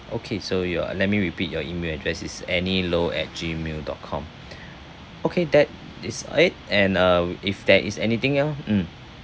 okay so your let me repeat your email address it's annie low at gmail dot com okay that is it and uh if there is anything else mm